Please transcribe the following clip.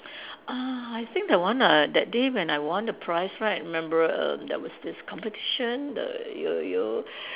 uh I think the one uh that day when I won the prize right remember err there was this competition the yo-yo